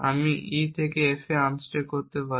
আমি E থেকে F unstack করতে পারি